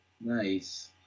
Nice